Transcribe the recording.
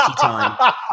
time